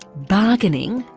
bargaining,